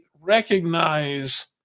recognize